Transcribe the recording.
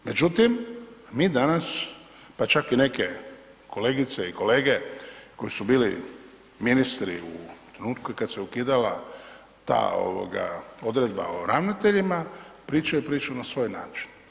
Međutim, mi danas pa čak i neke kolegice i kolege koji su bili ministri u trenutku kad se ukidala ta ovoga odredba o ravnateljima pričaju priču na svoj način.